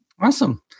Awesome